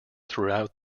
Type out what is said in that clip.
throughout